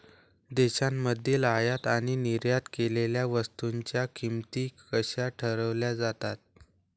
देशांमधील आयात आणि निर्यात केलेल्या वस्तूंच्या किमती कशा ठरवल्या जातात?